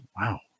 Wow